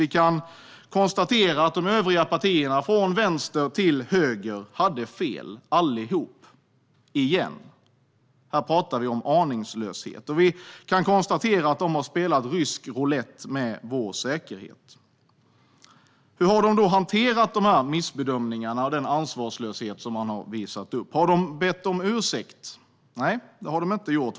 Vi kan konstatera att de övriga partierna, från vänster till höger, hade fel igen, allihop. Här pratar vi om aningslöshet. Vi kan konstatera att de har spelat rysk roulett med vår säkerhet. Hur har de då hanterat de här missbedömningarna och den ansvarslöshet som de har visat upp? Har de bett om ursäkt? Nej, det har de inte gjort.